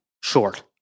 short